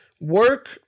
work